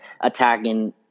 attacking